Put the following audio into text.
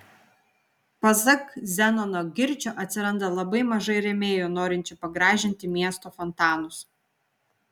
pasak zenono girčio atsiranda labai mažai rėmėjų norinčių pagražinti miesto fontanus